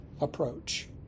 approach